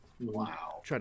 wow